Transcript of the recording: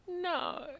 no